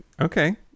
okay